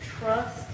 trust